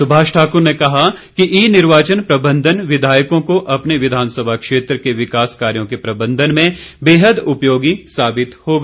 सुभाष ठाकुर ने कहा कि ई निर्वाचन प्रबंधन विधायकों को अपने विधानसभा क्षेत्र के विकास कार्यों के प्रबंधन में बेहद उपयोगी साबित होगा